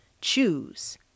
choose